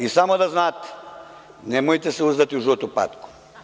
I samo da znate, nemojte se uzdati u žutu patku.